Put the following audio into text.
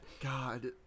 God